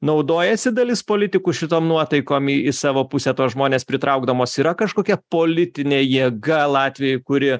naudojasi dalis politikų šitom nuotaikom į į savo pusę tuos žmones pritraukdamos yra kažkokia politinė jėga latvijoj kuri